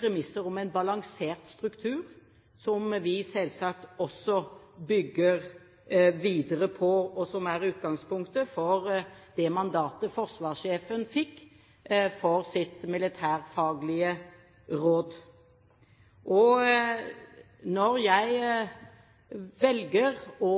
premisser om en balansert struktur som vi selvsagt bygger videre på, og som er utgangspunktet for det mandatet forsvarssjefen fikk for sitt militærfaglige råd. Når jeg velger å